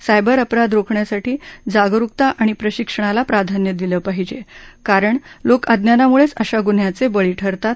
cyber अपराध रोखण्यासाठी जागरुकता आणि प्रशिक्षणाला प्राधान्य दिले पाहिजे कारण लोक अज्ञानामुळेच अशा गुन्ह्याचे बळी ठरतात